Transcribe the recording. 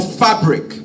fabric